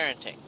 parenting